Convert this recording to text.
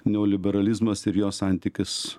neoliberalizmas ir jo santykis